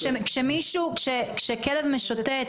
כשכלב משוטט,